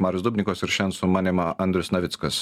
marius dubnikovas ir šiandien su manim andrius navickas